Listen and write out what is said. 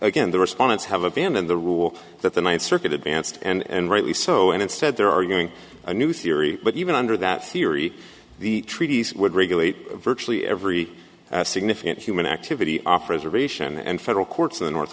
again the respondents have abandoned the rule that the ninth circuit advanced and rightly so and instead there are going to new theory but even under that theory the treaties would regulate virtually every significant human activity off reservation and federal courts in the north